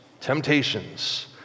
temptations